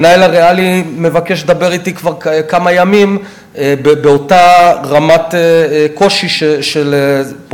מנהל "הריאלי" מבקש לדבר אתי כבר כמה ימים באותה רמת קושי שפֹה.